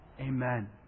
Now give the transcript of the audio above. Amen